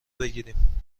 بگیرم